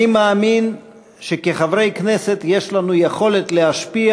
אני מאמין שכחברי כנסת יש לנו יכולת להשפיע